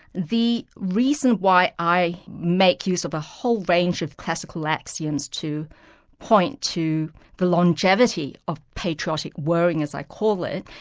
the reason why i make use of a whole range of classical axioms to point to the longevity of patriotic worrying, as i call it,